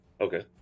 Okay